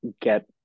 get